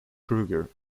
kruger